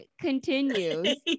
continues